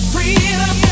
Freedom